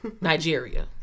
Nigeria